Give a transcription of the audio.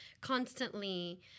constantly